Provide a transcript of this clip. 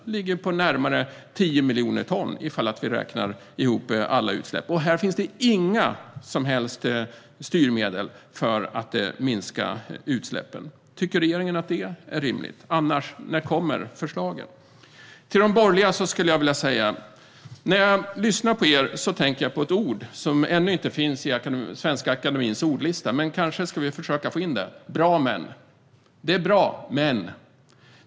De ligger på närmare 10 miljoner ton ifall vi räknar ihop alla utsläpp. Här finns inga som helst styrmedel för att minska utsläppen. Tycker regeringen att det är rimligt? När kommer annars förslagen? Till de borgerliga vill jag säga följande. När jag lyssnar på er tänker jag på ett ord som ännu inte finns i Svenska Akademiens ordlista, men vi ska kanske försöka få in det: "bra-men".